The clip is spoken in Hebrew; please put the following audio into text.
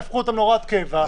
יהפכו אותן להוראת קבע וזה יישאר.